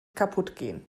kaputtgehen